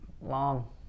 long